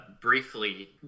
briefly